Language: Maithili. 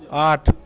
आठ